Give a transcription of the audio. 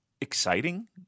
exciting